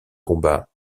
combats